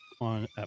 on